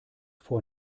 vor